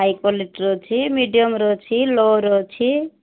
high କ୍ୱାଲିଟିର ଅଛି ମିଡ଼ିୟମର ଅଛି ଲୋର ଅଛି